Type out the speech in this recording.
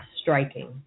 striking